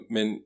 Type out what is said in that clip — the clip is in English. Men